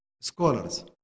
scholars